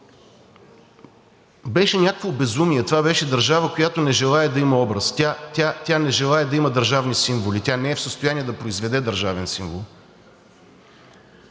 Беше някакво безумие. Това беше държава, която не желае да има образ. Тя не желае да има държавни символи. Тя не е в състояние да произведе държавен символ.